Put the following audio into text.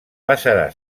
passarà